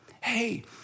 Hey